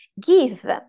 give